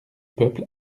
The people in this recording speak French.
peuple